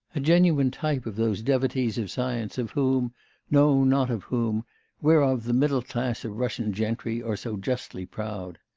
a genuine type of those devotees of science, of whom no not of whom whereof the middle class of russian gentry are so justly proud!